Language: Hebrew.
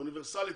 אוניברסלית,